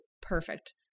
perfect